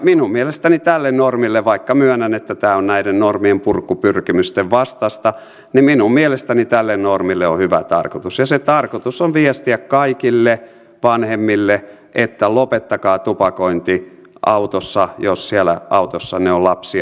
minun mielestäni tällä normilla vaikka myönnän että tämä on näiden normienpurkupyrkimysten vastaista on hyvä tarkoitus ja se tarkoitus on viestiä kaikille vanhemmille että lopettakaa tupakointi autossa jos siellä autossanne on lapsia